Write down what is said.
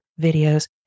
videos